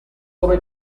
come